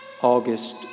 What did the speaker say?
August